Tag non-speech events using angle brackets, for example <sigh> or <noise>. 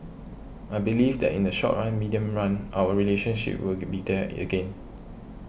I believe that in the short run medium run our relationship will <noise> be there again